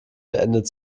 beendet